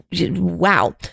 wow